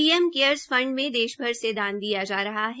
PM cares fund में देश से दान दिया जा रहा है